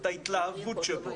את ההתלהבות שבו,